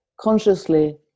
consciously